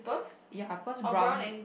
ya because brown